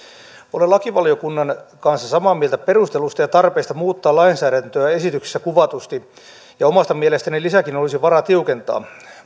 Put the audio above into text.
olen lakivaliokunnan kanssa samaa mieltä perusteluista ja tarpeista muuttaa lainsäädäntöä esityksessä kuvatusti ja omasta mielestäni lisääkin olisi varaa tiukentaa